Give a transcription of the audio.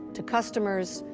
to customers,